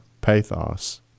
pathos